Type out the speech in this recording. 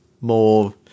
more